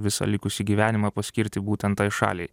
visą likusį gyvenimą paskirti būtent tai šaliai